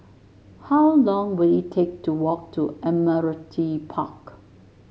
how long will it take to walk to Admiralty Park